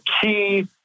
key